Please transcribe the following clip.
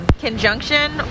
conjunction